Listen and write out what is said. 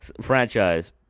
franchise